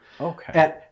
Okay